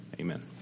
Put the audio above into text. Amen